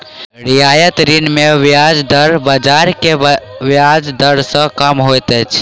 रियायती ऋण मे ब्याज दर बाजार के ब्याज दर सॅ कम होइत अछि